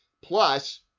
plus